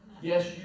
Yes